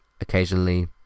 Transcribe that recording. Occasionally